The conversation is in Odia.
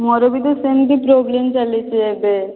ମୋର ବି ତ ସେମିତି ପ୍ରୋବ୍ଲେମ ଚାଲିଛି ଏବେ